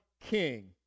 king